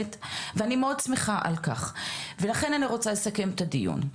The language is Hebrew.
ואני מאוד שמחה על כך ולכן אני רוצה לסכם את הדיון.